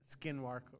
Skinwalker